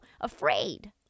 afraid